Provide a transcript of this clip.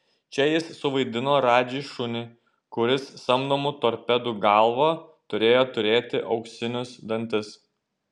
čia jis suvaidino radži šunį kuris samdomų torpedų galva turėjo turėti auksinius dantis